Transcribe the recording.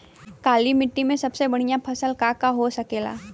काली माटी में सबसे बढ़िया फसल का का हो सकेला?